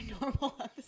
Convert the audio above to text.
normal